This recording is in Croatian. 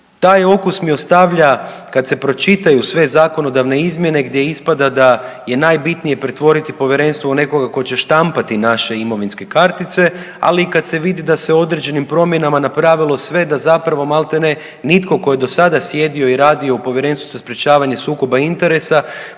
Taj okus mi ostavlja kad se pročitaju sve zakonodavne izmjene gdje ispada da je najbitnije pretvoriti povjerenstvo u nekoga tko će štampati naše imovinske kartice, ali i kad se vidi da se određenim promjenama napravilo sve da zapravo maltene nitko tko je do sada sjedio i radio u Povjerenstvu za sprječavanje sukoba interesa